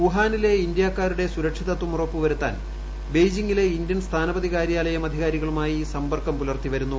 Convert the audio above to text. വുഹാനിലെ ഇന്ത്യാക്കാരുടെ സുരക്ഷിതത്വം ഉറപ്പുവരുത്താൻ ബെയ്ജിംഗിലെ ഇന്ത്യൻ സ്ഥാനപതി കാര്യാലയം അധികാരികളുമായി സമ്പർക്കം പൂലർത്തി വരുന്നു